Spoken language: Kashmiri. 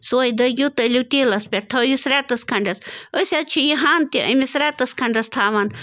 سوے دٔگِو تلِو تیٖلَس پٮ۪ٹھ تھٲیوٗس رٮ۪تَس کھَنٛڈَس أسۍ حظ چھِ یہِ ہَنٛد تہِ أمِس رٮ۪تَس کھنٛڈَس تھاوان